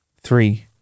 Three